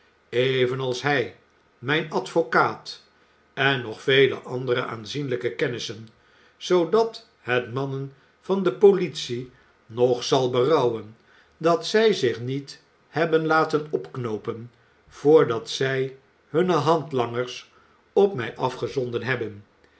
evenals hij mijn advocaat en nog vele andere aanzienlijke kennissen zoodat het mannen van de politie nog zal berouwen dat zij zich niet hebben laten opknoopen voordat zij hunne handlangers op mij afgezonden hebben